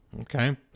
Okay